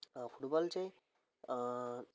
football चाहिँ